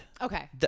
Okay